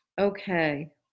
Okay